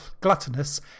gluttonous